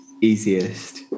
easiest